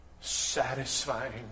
satisfying